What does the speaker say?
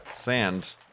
Sand